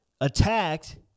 attacked